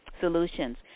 solutions